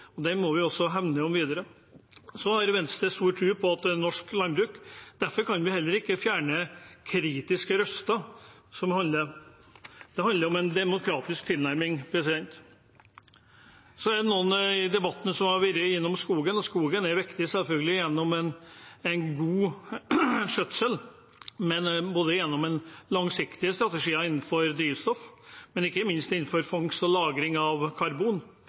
før. Den må vi også hegne om videre. Venstre har også stor tro på norsk landbruk, og derfor kan vi heller ikke fjerne kritiske røster. Det handler om en demokratisk tilnærming. Noen har i løpet av debatten vært innom skogen, og en god skjøtsel av skogen er selvfølgelig viktig, både i forbindelse med langsiktige strategier innenfor drivstoff og ikke minst innenfor fangst og lagring av karbon.